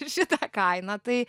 ir šita kaina tai